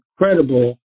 incredible